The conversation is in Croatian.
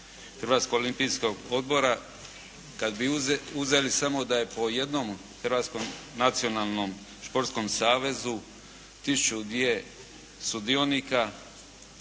Hrvatskog olimpijskog odbora. Kad bi uzeli samo da je po jednom Hrvatskom nacionalnom športskom savezu tisuću, dvije sudionika